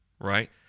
Right